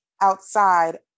Outside